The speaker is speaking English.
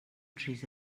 trees